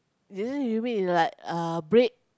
later you mean like uh bread